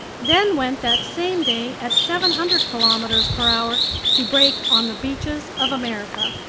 then went that same day at seven hundred kilometers per hour to break on the beaches of america.